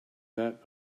that